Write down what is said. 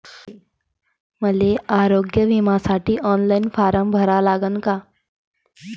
मले आरोग्य बिमा काढासाठी ऑनलाईन फारम भरा लागन का?